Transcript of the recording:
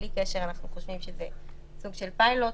בלי קשר אנחנו חושבים שזה סוג של פיילוט.